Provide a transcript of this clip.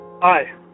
Hi